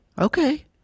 Okay